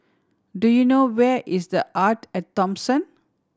do you know where is The Arte At Thomson